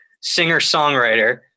singer-songwriter